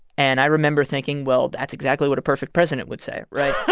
and i remember thinking, well, that's exactly what a perfect president would say, right?